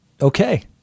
Okay